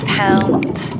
pounds